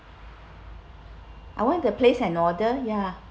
I want to place an order ya